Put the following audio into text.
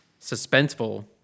suspenseful